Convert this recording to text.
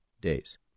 days